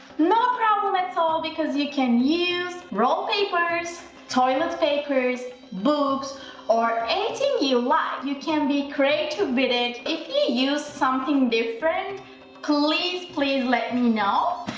no problem at all, because you can use roll papers toilet papers books or anything you like, you can be creative with it if you use something different please please let me know,